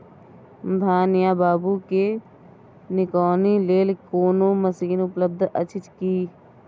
धान या बाबू के निकौनी लेल कोनो मसीन उपलब्ध अछि की?